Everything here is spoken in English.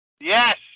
Yes